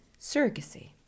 surrogacy